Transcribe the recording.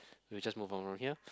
we'll just move on from here